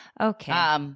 Okay